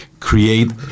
create